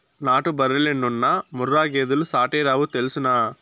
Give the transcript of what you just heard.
నాటు బర్రెలెన్నున్నా ముర్రా గేదెలు సాటేరావు తెల్సునా